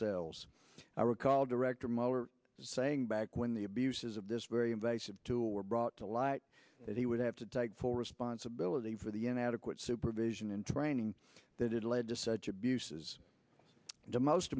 els i recall director mueller saying back when the abuses of this very invasive tool were brought to light that he would have to take full responsibility for the an adequate supervision and training that it led to such abuses to most